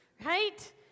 right